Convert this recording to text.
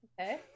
Okay